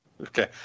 Okay